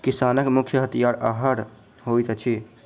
किसानक मुख्य हथियार हअर होइत अछि